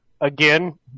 Again